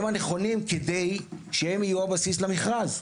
הם הנכונים כדי שהם יהיו הבסיס למכרז,